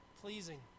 pleasing